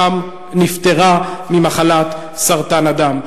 שם נפטרה ממחלת סרטן הדם.